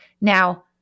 Now